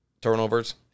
turnovers